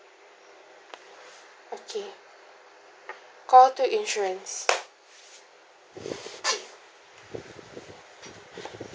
okay call two insurance